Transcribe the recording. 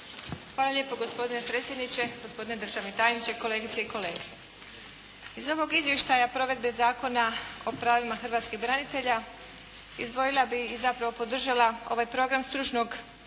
Hvala lijepa. Gospodine predsjedniče, gospodine državni tajniče, kolegice i kolege. Iz ovog Izvještaja provedbe Zakona o pravima hrvatskih branitelja izdvojila bih i zapravo podržala ovaj program stručnog